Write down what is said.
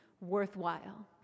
worthwhile